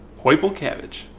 purple cabbage.